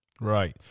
Right